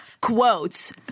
Quotes